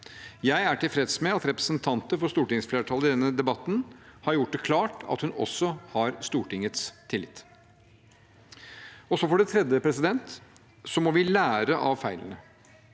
Jeg er tilfreds med at representanter for stortingsflertallet i denne debatten har gjort det klart at hun også har Stortingets tillit. For det tredje må vi lære av feilene.